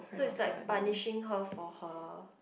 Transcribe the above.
so is like punishing her for her